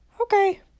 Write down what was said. Okay